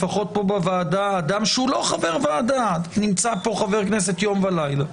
לפחות פה בוועדה אדם שהוא לא חבר ועדה נמצא פה יום ולילה,